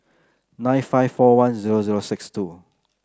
nine five four one zero zero six two